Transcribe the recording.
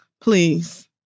Please